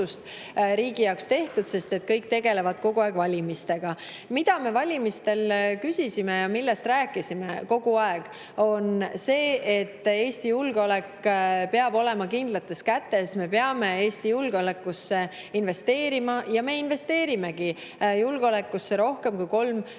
riigi jaoks tehtud, sest kõik tegelevad kogu aeg valimistega. Mida me valimistel küsisime ja millest kogu aeg rääkisime, on see, et Eesti julgeolek peab olema kindlates kätes, me peame Eesti julgeolekusse investeerima. Ja me investeerimegi järgmisel aastal